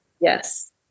Yes